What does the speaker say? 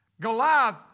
Goliath